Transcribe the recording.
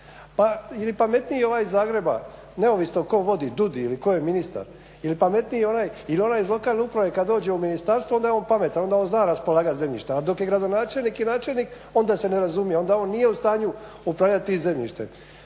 Je li pametniji ovaj iz Zagreba, neovisno tko vodi, DUDI ili tko je ministar, je li pametniji onaj ili onaj iz lokalne uprave kad dođe u ministarstvo onda je on pametan, onda on zna raspolagati zemljištem, a dok je gradonačelnik i načelnik onda se ne razumije, onda on nije u stanju upravljati tim zemljištem.